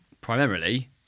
primarily